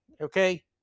Okay